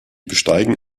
besteigen